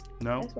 No